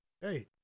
hey